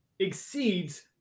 exceeds